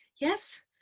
Yes